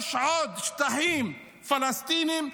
ולכבוש עוד שטחים פלסטיניים,